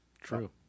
True